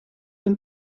ein